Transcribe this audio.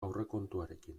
aurrekontuarekin